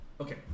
Okay